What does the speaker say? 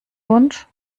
wunsch